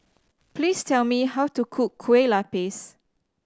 please tell me how to cook Kueh Lapis